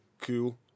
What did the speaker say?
cool